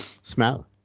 smell